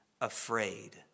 afraid